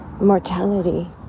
mortality